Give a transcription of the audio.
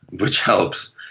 which helps.